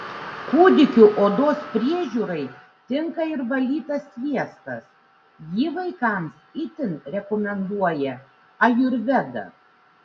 kūdikių odos priežiūrai tinka ir valytas sviestas jį vaikams itin rekomenduoja ajurveda